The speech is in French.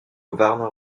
warner